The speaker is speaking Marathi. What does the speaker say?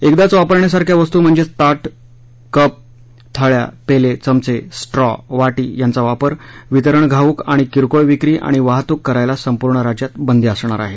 एकदाच वापरण्यासारख्या वस्तू म्हणजेच ताटं कप थाळ्या पेले चमचे स्ट्रॉ वाटी यांचा वापर वितरण घाऊक आणि किरकोळ विक्री आणि वाहतूक करायला संपूर्ण राज्यात बंदी असणार आहे